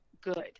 good